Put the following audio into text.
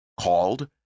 called